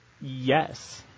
Yes